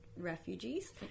Refugees